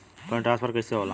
Fund transfer कैसे होला?